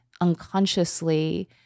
unconsciously